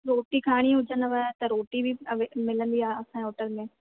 रोटी खाइणी हुजनव अथव त रोटी बि मिलंदी आहे असांजी होटल में